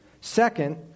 Second